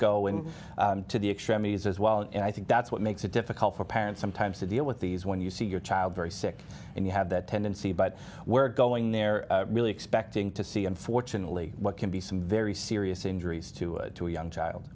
in to the extremities as well and i think that's what makes it difficult for parents sometimes to deal with these when you see your child very sick and you have that tendency but we're going there really expecting to see unfortunately what can be some very serious injuries to to a young child